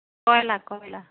কইলাৰ কইলাৰ